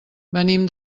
venim